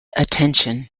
attention